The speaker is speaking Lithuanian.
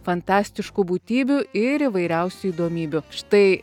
fantastiškų būtybių ir įvairiausių įdomybių štai